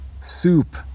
soup